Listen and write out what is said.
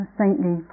saintly